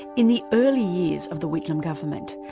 in the early years of the whitlam government,